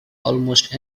almost